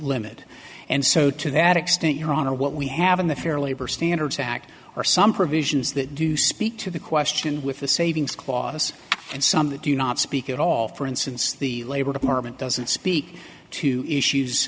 limit and so to that extent your honor what we have in the fair labor standards act or some provisions that do speak to the question with the savings clause and some that do not speak at all for instance the labor department doesn't speak to issues